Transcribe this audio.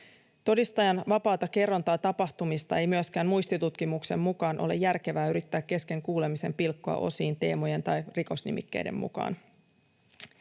Todistajan vapaata kerrontaa tapahtumista ei myöskään muistitutkimuksen mukaan ole järkevää yrittää kesken kuulemisen pilkkoa osiin teemojen tai rikosnimikkeiden mukaan.